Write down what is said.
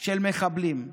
של מחבלים.